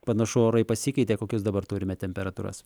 panašu orai pasikeitė kokius dabar turime temperatūras